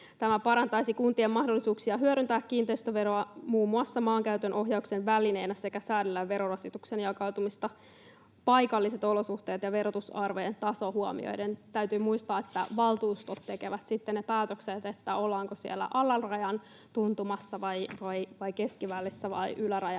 Tämä parantaisi kuntien mahdollisuuksia hyödyntää kiinteistöveroa muun muassa maankäytön ohjauksen välineenä sekä säädellä verorasituksen jakautumista paikalliset olosuhteet ja verotusarvojen taso huomioiden — täytyy muistaa, että valtuustot tekevät sitten ne päätökset, ollaanko siellä alarajan tuntumassa vai keskivälissä vai ylärajan